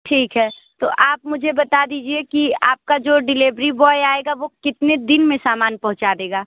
ठीक है तो आप मुझे बता दीजिए कि आपका जो डिलीवरी बॉय आएगा वो कितने दिन में सामान पहुँचा देगा